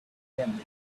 them